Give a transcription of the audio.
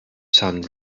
sun